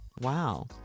Wow